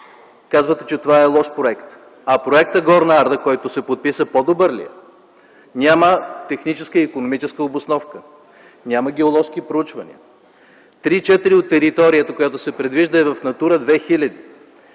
Казвате, че това е лош проект. А проектът „Горна Арда”, който се подписа, по-добър ли е? Няма техническа и икономическа обосновка, няма геоложки проучвания. Три четвърти от територията, която се предвижда, е в „Натура 2000”.